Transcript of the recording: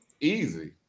easy